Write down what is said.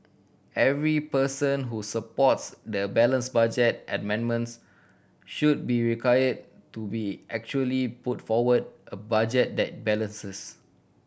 every person who supports the balance budget amendments should be require to be actually put forward a budget that balances